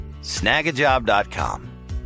Snagajob.com